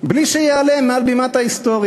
בלי שייעלם מעל בימת ההיסטוריה?